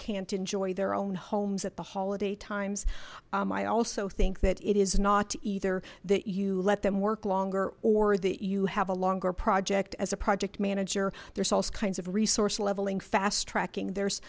can't enjoy their own homes at the holiday times i also think that it is not either that you let them work longer or that you have a longer project as a project manager there's all kinds of resource leveling fast tracking there's